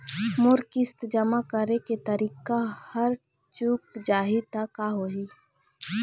मोर किस्त जमा करे के तारीक हर चूक जाही ता का होही?